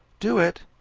do it,